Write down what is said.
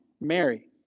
Mary